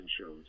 shows